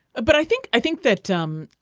ah but i think i think that um